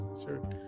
Sure